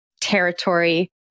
territory